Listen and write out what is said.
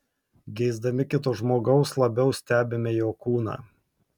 geisdami kito žmogaus labiau stebime jo kūną